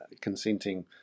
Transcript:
consenting